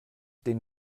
den